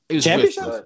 Championships